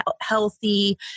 healthy